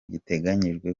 giteganyijwe